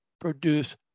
produce